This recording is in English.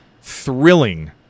thrilling